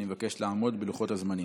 אני מבקש לעמוד בלוחות הזמנים.